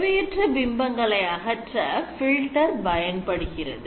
தேவையற்ற பிம்பங்களை அகற்ற filter பயன்படுகிறது